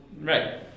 Right